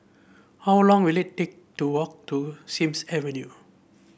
how long will it take to walk to Sims Avenue